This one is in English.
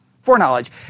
foreknowledge